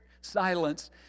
silence